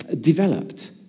developed